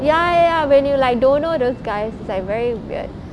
ya ya ya when you like don't know those guys it's like very weird